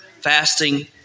fasting